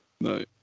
No